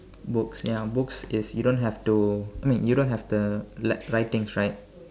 books ya books is you don't have to I mean you don't have the writ~ writings right